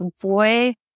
boy